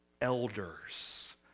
elders